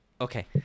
Okay